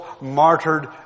martyred